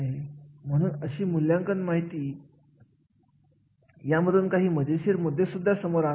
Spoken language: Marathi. म्हणून हे अतिशय महत्त्वाचे आहे की जबाबदारी आणि मालकी हक्क यांच्यामधील नातेसंबंध तयार करावेत